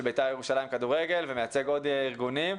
בית"ר ירושלים בכדורגל ומייצג ארגונים נוספים.